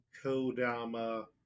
Kodama